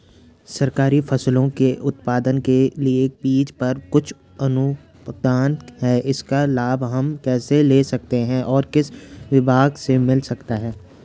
सरकारी फसलों के उत्पादन के लिए बीज पर कुछ अनुदान है इसका लाभ हम कैसे ले सकते हैं और किस विभाग से मिल सकता है?